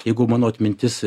jeigu mano atmintis